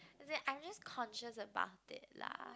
is in I'm just conscious about it lah